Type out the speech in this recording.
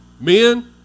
Men